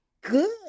Good